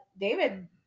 David